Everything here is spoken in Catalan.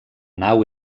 nau